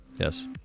Yes